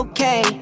Okay